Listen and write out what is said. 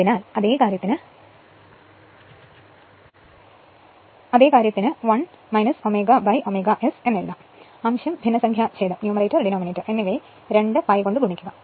അതിനാൽ അതേ കാര്യത്തിന് 1 ω ω S എഴുതാം അംശം ഭിന്നസംഖ്യാഛേദം എന്നിവയെ 2 π കൊണ്ട് ഗുണിക്കുക